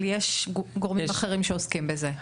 אבל יש גורמים אחרים שעוסקים בזה.